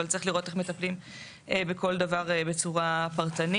אבל צריך לראות איך מטפלים בכל דבר בצורה פרטנית.